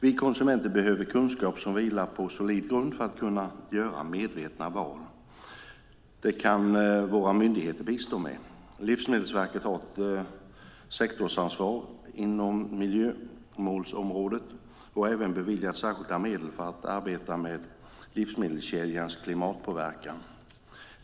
Vi konsumenter behöver kunskap som vilar på solid grund för att kunna göra medvetna val. Detta kan våra myndigheter bistå med. Livsmedelsverket har ett sektorsansvar inom miljömålsområdet och har även beviljats särskilda medel för att arbeta med livsmedelskedjans klimatpåverkan.